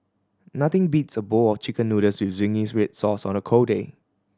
nothing beats a bowl of Chicken Noodles with zingy red sauce on a cold day